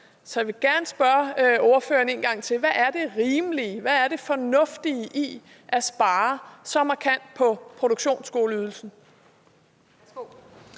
Så jeg vil gerne spørge ordføreren en gang til: Hvad er det rimelige, hvad er det fornuftige i at spare så markant på produktionsskoleydelsen?